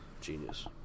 genius